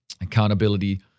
accountability